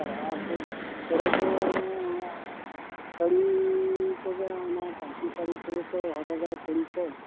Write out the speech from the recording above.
ᱯᱟᱨᱟᱵᱽ ᱫᱚ ᱠᱚᱨᱮ ᱫᱚ ᱥᱟᱹᱲᱤ ᱠᱚᱜᱮ ᱚᱱᱟ ᱯᱟᱹᱧᱪᱤ ᱥᱟᱹᱲᱤ ᱠᱚᱜᱮ ᱠᱚ ᱦᱚᱨᱚᱜᱟ ᱠᱩᱲᱤ ᱠᱚ